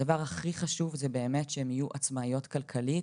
הדבר הכי חשוב זה באמת שהן יהיו עצמאיות כלכלית